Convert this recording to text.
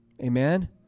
Amen